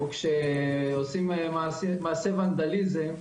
או שעושים מעשה ונדליזם,